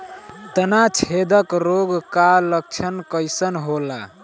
तना छेदक रोग का लक्षण कइसन होला?